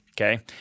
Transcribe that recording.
okay